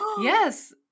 Yes